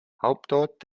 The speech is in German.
hauptort